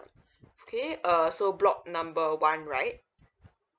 okay uh so block number one right